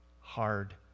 hard